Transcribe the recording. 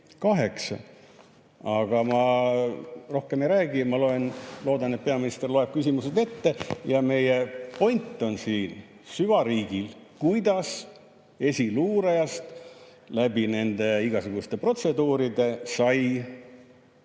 kaheksa. Aga ma rohkem ei räägi. Ma loodan, et peaminister loeb küsimused ette. Ja meie point on siin süvariigil: kuidas esiluurajast läbi nende igasuguste protseduuride sai